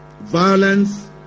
Violence